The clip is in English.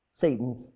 Satan's